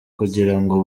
kugirango